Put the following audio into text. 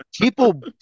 People